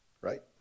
Right